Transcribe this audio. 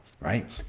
right